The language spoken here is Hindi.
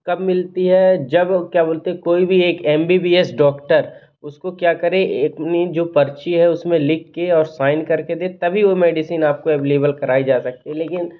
कब मिलती है जब क्या बोलते हैं कोई भी एक M B B S doctor उसको क्या करें इतनी जो पर्ची है उस में लिख के और साइन कर के दे तभी वो मेडिसिन आपको अवलेवल कराई जा सकती है लेकिन